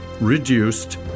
reduced